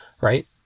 right